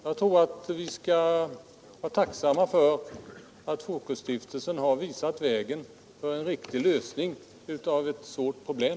Jag tycker att vi skall vara tacksamma över att Stiftelsen Fokus visat vägen för en riktig lösning av ett svårt problem.